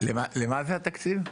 למה זה התקציב?